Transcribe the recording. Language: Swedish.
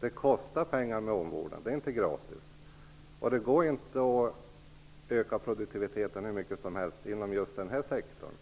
Omvården kostar pengar, den är inte gratis. Det går inte att öka produktiviteten hur mycket som helst inom just den här sektorn.